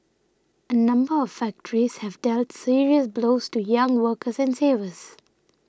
a number of factories have dealt serious blows to young workers and savers